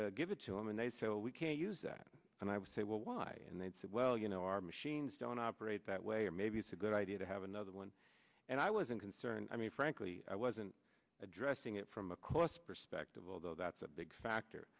give it to him and they'd say oh we can't use that and i would say well why and they'd say well you know our machines don't operate that way or maybe it's a good idea to have another one and i wasn't concerned i mean frankly i wasn't addressing it from a cost perspective although that's a big factor